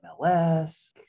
MLS